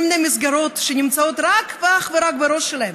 מיני מסגרות שנמצאות אך ורק בראש שלהם,